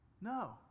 No